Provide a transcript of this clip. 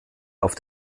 auf